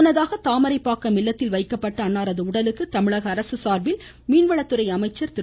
முன்னதாக தாமரைப்பாக்கம் இல்லத்தில் வைக்கப்பட்ட அன்னாரது உடலுக்கு தமிழக அரசு சார்பில் மீன்வளத்துறை அமைச்சர் திரு